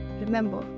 remember